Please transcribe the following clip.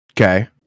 Okay